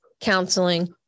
counseling